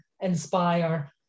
inspire